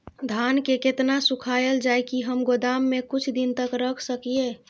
धान के केतना सुखायल जाय की हम गोदाम में कुछ दिन तक रख सकिए?